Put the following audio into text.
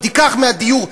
ותיקח מהדיור,